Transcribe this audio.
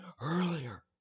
earlier